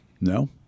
No